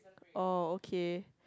oh okay